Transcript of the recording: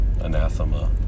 anathema